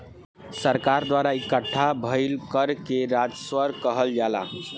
सरकार द्वारा इकट्ठा भईल कर के राजस्व कहल जाला